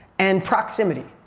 and proximity.